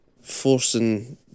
forcing